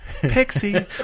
Pixie